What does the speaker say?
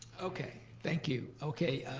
okay, thank you. okay,